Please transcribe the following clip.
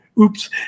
oops